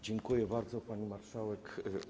Dziękuję bardzo Pani Marszałek!